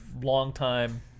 long-time